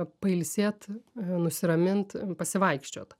pailsėt nusiramint pasivaikščiot